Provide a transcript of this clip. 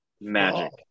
magic